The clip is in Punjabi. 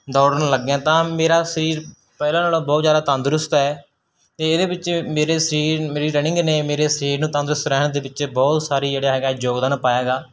ਦੌੜਨ ਲੱਗਿਆ ਤਾਂ ਮੇਰਾ ਸਰੀਰ ਪਹਿਲਾਂ ਨਾਲੋਂ ਬਹੁਤ ਜ਼ਿਆਦਾ ਤੰਦਰੁਸਤ ਹੈ ਅਤੇ ਇਹਦੇ ਵਿੱਚ ਮੇਰੇ ਸਰੀਰ ਮੇਰੀ ਰਨਿੰਗ ਨੇ ਮੇਰੇ ਸਰੀਰ ਨੂੰ ਤੰਦਰੁਸਤ ਰਹਿਣ ਦੇ ਵਿੱਚ ਬਹੁਤ ਸਾਰਾ ਜਿਹੜਾ ਹੈਗਾ ਯੋਗਦਾਨ ਪਾਇਆ ਹੈਗਾ